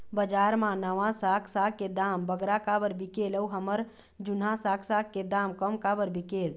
बजार मा नावा साग साग के दाम बगरा काबर बिकेल अऊ हमर जूना साग साग के दाम कम काबर बिकेल?